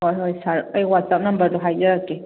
ꯍꯣꯏ ꯍꯣꯏ ꯁꯥꯔ ꯑꯩ ꯋꯥꯠꯆꯞ ꯅꯝꯕꯔꯗꯨ ꯍꯥꯏꯖꯔꯛꯀꯦ